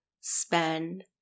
spend